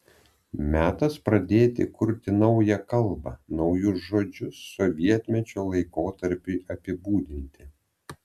metas pradėti kurti naują kalbą naujus žodžius sovietmečio laikotarpiui apibūdinti